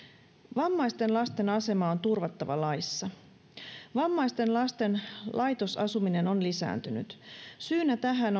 vammaisten lasten asema on turvattava laissa vammaisten lasten laitosasuminen on lisääntynyt syynä tähän